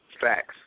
Facts